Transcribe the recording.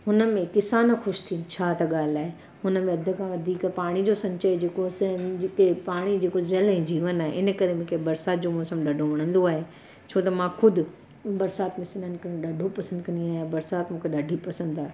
हुनमें किसान ख़ुशि थियनि छा त ॻाल्हि आहे हुनमें अध खां वधीक पाणी जो संचय जेको असांजे जिते पाणी जेको जल ऐं जीवन आहे इनकरे मूंखे बरसाति जो मौसम ॾाढो वणंदो आहे छो त मां ख़ुदि बरसाति में सनानु करणु ॾाढो पसंदि कंदी आहियां बरसाति मूंखे ॾाढी पसंदि आहे